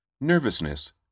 Nervousness